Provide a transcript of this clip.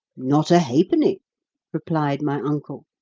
not a ha'penny, replied my uncle.